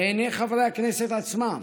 בעיני חברי הכנסת עצמם,